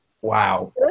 Wow